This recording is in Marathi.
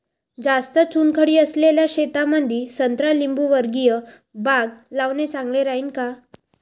जास्त चुनखडी असलेल्या शेतामंदी संत्रा लिंबूवर्गीय बाग लावणे चांगलं राहिन का?